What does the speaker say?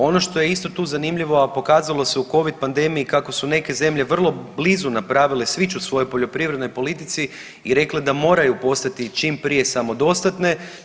Ono što je isto tu zanimljivo a pokazalo se u covid pandemiji kako su neke zemlje vrlo blizu napravile switch u svojoj poljoprivrednoj politici i rekle da moraju postati čim prije samodostatne.